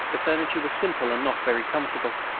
the furniture was simple and not very comfortable.